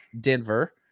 Denver